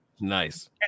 Nice